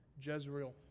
Jezreel